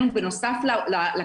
הפעימה השנייה ניתנת באמצע ההכשרה,